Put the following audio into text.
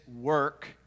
work